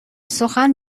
سخن